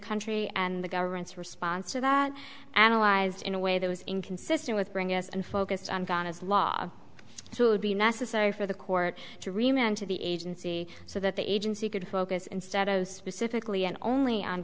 country and the government's response to that analyzed in a way that was inconsistent with bringing us and focused on ghana's law so it would be necessary for the court to remain and to the agency so that the agency could focus instead of specifically and only on